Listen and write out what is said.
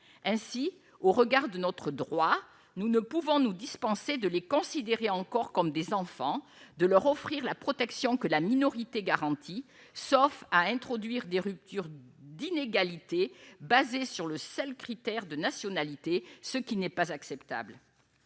ainsi au regard de notre droit, nous ne pouvons nous dispenser de les considérer encore comme des enfants de leur offrir la protection que la minorité garantie, sauf à introduire des ruptures d'inégalité basé sur le seul critère de nationalité, ce qui n'est pas acceptable,